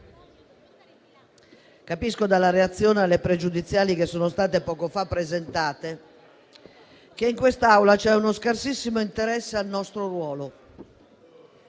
capisco, dalla reazione alle questioni pregiudiziali poco fa presentate, che in questa Aula c'è uno scarsissimo interesse al nostro ruolo.